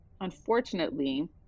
Unfortunately